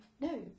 no